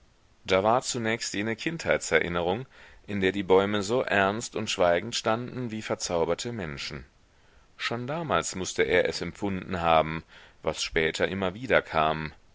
da war zunächst jene kindheitserinnerung in der die bäume so ernst und schweigend standen wie verzauberte menschen schon damals mußte er es empfunden haben was später immer wieder